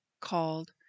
called